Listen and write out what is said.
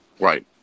Right